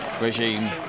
regime